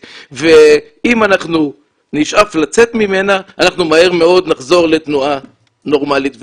ואם נשאף לצאת ממנה אנחנו מהר מאוד נחזור לתנועה נורמלית וסבירה.